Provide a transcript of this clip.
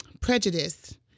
Prejudice